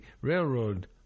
railroad